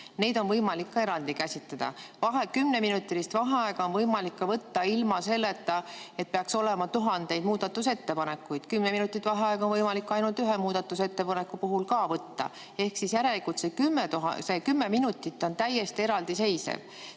Neid on võimalik ka eraldi käsitleda. Kümneminutilist vaheaega on võimalik võtta ka ilma selleta, et peaks olema tuhandeid muudatusettepanekuid. Kümme minutit vaheaega on võimalik võtta ka ainult ühe muudatusettepaneku korral. Järelikult on see kümme minutit täiesti eraldiseisev.